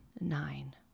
nine